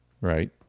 right